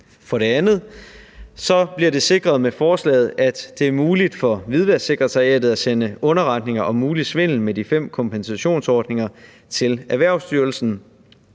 For det andet bliver det med forslaget sikret, at det er muligt for Hvidvasksekretariatet at sende underretninger om mulig svindel med de fem kompensationsordninger til Erhvervsstyrelsen,